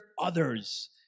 others